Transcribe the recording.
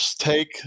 take